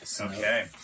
Okay